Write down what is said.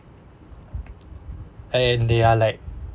and they are like